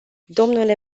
domnule